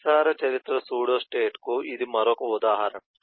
నిస్సార చరిత్ర సూడోస్టేట్కు ఇది మరొక ఉదాహరణ